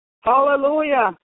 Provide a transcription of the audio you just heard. hallelujah